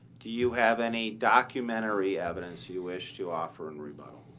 do you have any documentary evidence you wish to offer in rebuttal?